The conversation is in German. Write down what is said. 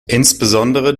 insbesondere